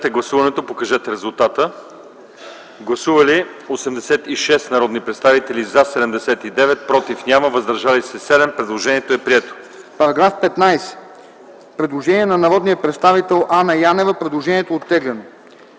Вариант I. Има предложение на народния представител Анна Янева. Предложението е оттеглено.